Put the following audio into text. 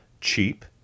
cheap